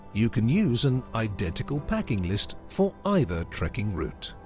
you can use an identical packing list for either trekking routes!